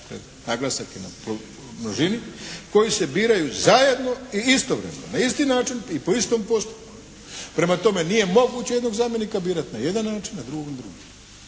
naglasak je na množini "…koji se biraju zajedno i istovremeno, na isti način i po istom postupku." Prema tome, nije moguće jednog zamjenika birati na jedan način a drugo na drugi.